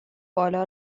بالا